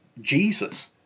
Jesus